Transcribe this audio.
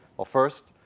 well first,